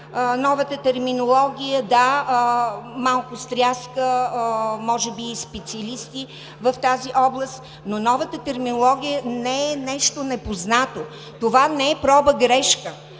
новата терминология – да, малко стряска може би и специалисти в тази област, но новата терминология не е нещо непознато. Това не е „проба – грешка“.